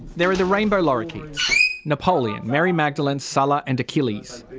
there are the rainbow lorikeets napoleon, mary magdalene, salla and achilles.